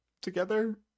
together